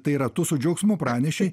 tai yra tu su džiaugsmu pranešei